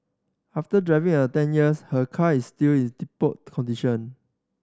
after driving a ten years her car is still is tip top condition